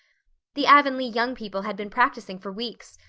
the avonlea young people had been practicing for weeks,